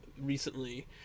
recently